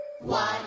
one